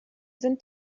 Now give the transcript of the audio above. sind